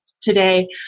today